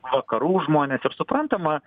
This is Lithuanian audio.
vakarų žmones ir suprantama